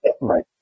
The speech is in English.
Right